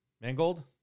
Mangold